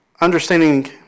understanding